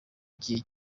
igihe